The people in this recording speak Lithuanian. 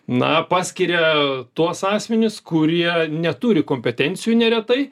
na paskiria tuos asmenis kurie neturi kompetencijų neretai